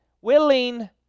willing